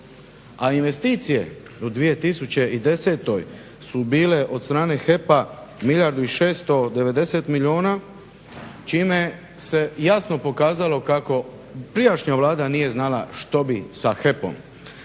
A investicije u 2010.su bile od strane HEP-a milijardu 690 milijuna čime se jasno pokazalo kako prijašnja Vlada nije znala što bi sa HEP-om.